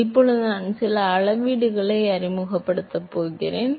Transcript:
எனவே இப்போது நான் சில அளவீடுகளை அறிமுகப்படுத்தப் போகிறேன்